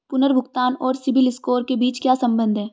पुनर्भुगतान और सिबिल स्कोर के बीच क्या संबंध है?